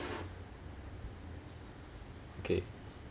okay